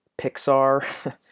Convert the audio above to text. Pixar